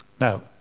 Now